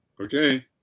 Okay